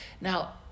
Now